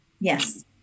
Yes